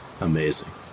Amazing